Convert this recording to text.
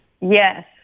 Yes